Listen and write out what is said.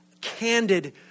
candid